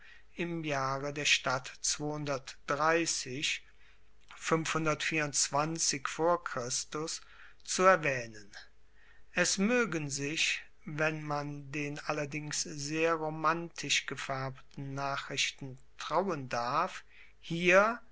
im jahre der stadt zu erwaehnen es moegen sich wenn man den allerdings sehr romantisch gefaerbten nachrichten trauen darf hier